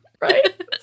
Right